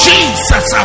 Jesus